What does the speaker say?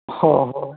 हो हो